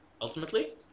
ultimately